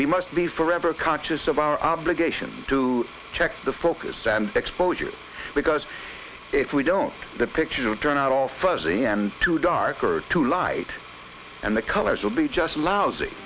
we must be forever conscious of our obligation to check the focus and exposure because if we don't the picture will turn out all fuzzy and too dark or too light and the colors will be just lousy